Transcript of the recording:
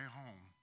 home